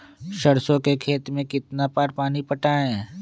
सरसों के खेत मे कितना बार पानी पटाये?